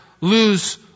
lose